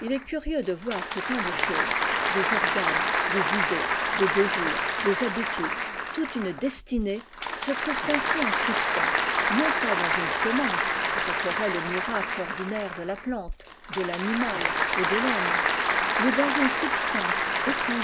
il est curieux de voir que tant de choses des organes des idées des désirs des habitudes toute une destinée se trouvent ai en suspens non pas dans une semence serait le miracle ordinaire de la plante de l'animal et de rhomme mais dans une substance